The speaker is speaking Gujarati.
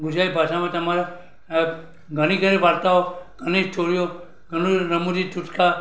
ગુજરાતી ભાષામાં તમારા ઘણી ખરી વાર્તાઓ ઘણી સ્ટોરીઓ ઘણું રમૂજી ટૂચકા